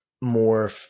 More